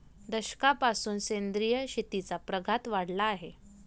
दशकापासून सेंद्रिय शेतीचा प्रघात वाढला आहे